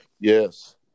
Yes